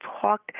Talk